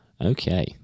Okay